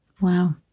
Wow